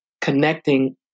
connecting